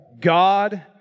God